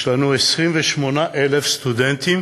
יש לנו 28,000 סטודנטים